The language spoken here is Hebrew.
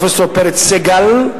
פרופסור פרץ סגל,